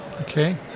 okay